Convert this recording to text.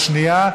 בקריאה שנייה.